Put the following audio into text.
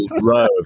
row